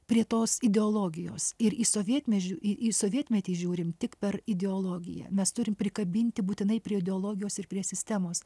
prie tos ideologijos ir į sovietmečiu į į sovietmetį žiūrim tik per ideologiją mes turim prikabinti būtinai prie ideologijos ir prie sistemos